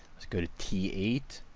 go to t eight.